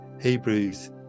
Hebrews